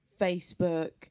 Facebook